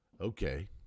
Okay